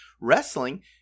wrestling